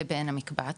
לבין המקבץ,